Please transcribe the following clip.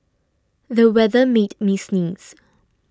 the weather made me sneeze